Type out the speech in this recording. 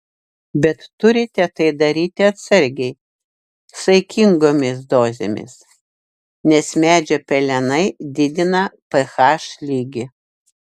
bet turite tai daryti atsargiai saikingomis dozėmis nes medžio pelenai didina ph lygį